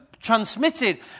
transmitted